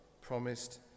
promised